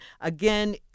again